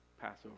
Passover